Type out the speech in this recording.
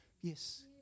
Yes